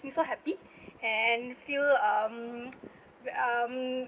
feel so happy and feel um um